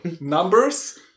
Numbers